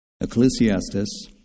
Ecclesiastes